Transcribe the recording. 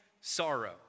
sorrow